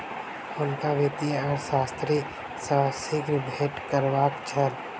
हुनका वित्तीय अर्थशास्त्री सॅ शीघ्र भेंट करबाक छल